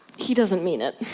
he doesn't mean it